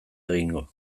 egingo